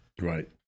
Right